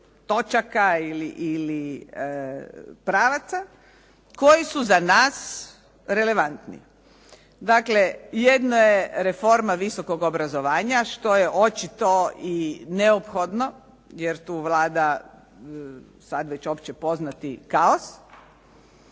točaka ili pravaca koji su za nas relevantni. Dakle, jedno je reforma visokog obrazovanja, što je očito i neophodno jer tu vlada sad već opće poznati kaos,